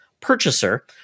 purchaser